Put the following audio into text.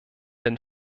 den